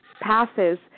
passes